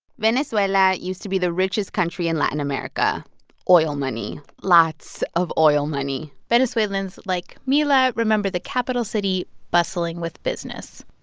venezuela used to be the richest country in latin america oil money, lots of oil money venezuelans, like mila, remember the capital city bustling with business